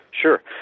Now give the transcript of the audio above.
Sure